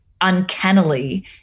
uncannily